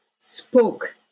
spoke